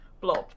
blob